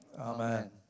Amen